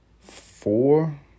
Four